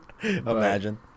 Imagine